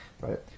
right